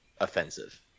offensive